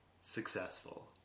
successful